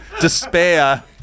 despair